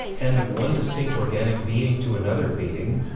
and of one distinct organic being to another being,